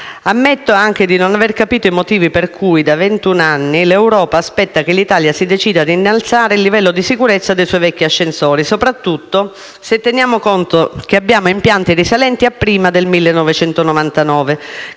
Ammetto anche di non aver capito i motivi per cui da ventuno anni l'Europa aspetta che l'Italia si decida ad innalzare il livello di sicurezza dei suoi vecchi ascensori, soprattutto se teniamo conto che abbiamo impianti risalenti a prima del 1999,